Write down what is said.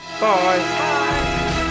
Bye